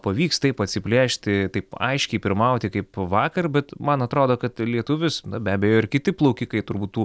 pavyks taip atsiplėšti taip aiškiai pirmauti kaip vakar bet man atrodo kad lietuvis na be abejo ir kiti plaukikai turbūt tų